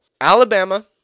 Alabama